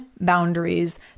boundaries